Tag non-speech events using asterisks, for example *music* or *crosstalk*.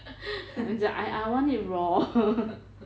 I I want it raw *laughs*